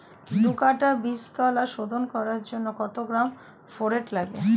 দু কাটা বীজতলা শোধন করার জন্য কত গ্রাম ফোরেট লাগে?